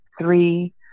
three